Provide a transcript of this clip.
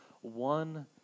one